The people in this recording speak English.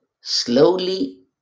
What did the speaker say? slowly